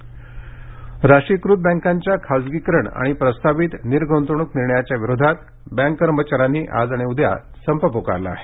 bank संप राष्ट्रीयीकृत बँकांच्या खासगीकरण आणि प्रस्तावित निर्गृंतवणुक निर्णयाच्या विरोधात बँक कर्मचाऱ्यांनी आज आणि उद्या संप पुकारला आहे